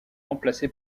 remplacé